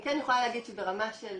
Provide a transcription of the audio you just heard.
כן יכולה להגיד שברמה של